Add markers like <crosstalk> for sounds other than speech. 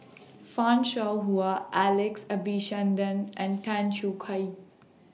<noise> fan Shao Hua Alex Abisheganaden and Tan Choo Kai